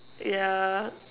yeah